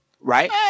right